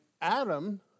Adam